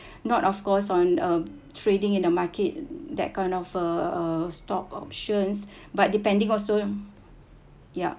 not of course on a trading in the market that kind of uh uh stock options but depending also ya